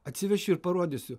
atsivešiu ir parodysiu